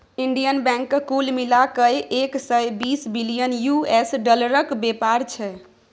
Indian बैंकक कुल मिला कए एक सय बीस बिलियन यु.एस डालरक बेपार छै